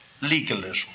Legalism